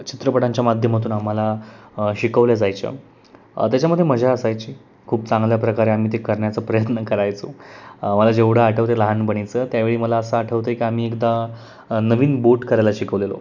चित्रपटांच्या माध्यमातून आम्हाला शिकवल्या जायच्या त्याच्यामध्ये मजा असायची खूप चांगल्या प्रकारे आम्ही ते करण्याचा प्रयत्न करायचो मला जेवढं आठवते लहानपणीचं त्यावेळी मला असं आठवत आहे की आम्ही एकदा नवीन बोट करायला शिकवलेलो